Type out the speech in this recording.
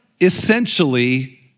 essentially